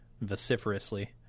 vociferously